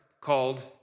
called